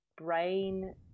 brain